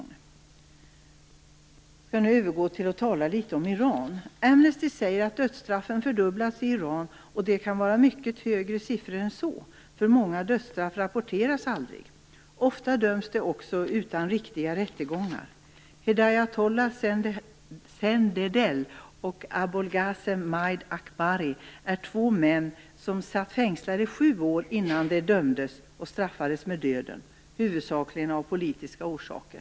Jag skall nu övergå till att tala litet om Iran. Amnesty säger att dödsstraffen fördubblats i Iran, och det kan vara mycket högre siffror än så eftersom många dödsstraff aldrig rapporteras. Ofta döms de också utan riktiga rättegångar. Hedayatollah Zendehdel och Abolghasem Majd Abkahi är två män som satt fängslade sju år innan de dömdes och straffades med döden, huvudsakligen av politiska orsaker.